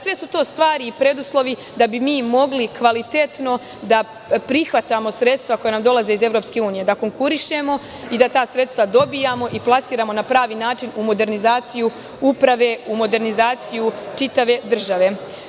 Sve su to stvari i preduslovi da bi mi mogli kvalitetno da prihvatamo sredstva koja nam dolaze iz EU, da konkurišemo i da ta sredstava dobijamo i plasiramo na pravi način u modernizaciju uprave, u modernizaciju čitave države.